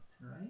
right